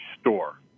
store